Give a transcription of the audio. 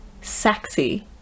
sexy